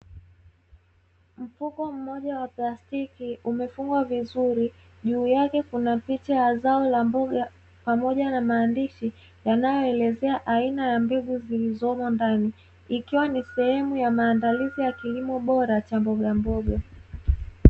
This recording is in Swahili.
Mfuko mmoja wa plastiki umefungwa vizuri, juu yake kuna picha ya zao la mboga pamoja na maandishi, yanayoelezea aina ya mbegu zilizomo ndani. Ikiwa ni sehemu ya maandalizi ya kilimo bora cha mbogamboga.